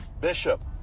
Bishop